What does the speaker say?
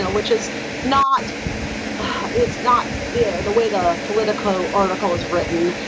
so which is not it's not yeah the way the politico article is written.